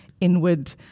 inward